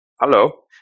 Hello